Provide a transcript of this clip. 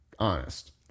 honest